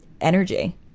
energy